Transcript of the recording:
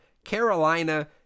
Carolina